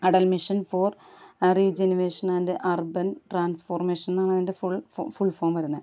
Atal mission for rejuvenation and urban transformation എന്നാണ് അതിൻ്റെ full form full form വരുന്നത്